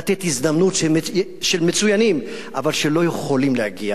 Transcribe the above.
לתת הזדמנות למצוינים, שלא יכולים להגיע